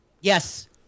Yes